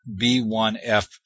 B1F